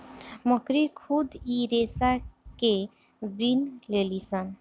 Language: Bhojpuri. मकड़ी खुद इ रेसा के बिन लेलीसन